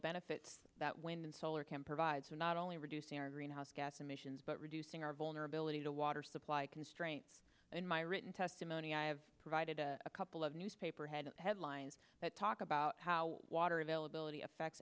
benefit that wind and solar can provide to not only reduce greenhouse gas emissions but reducing our vulnerability to water supply constraint in my written testimony i have provided a couple of newspapers headlines that talk about how water availability affects